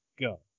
go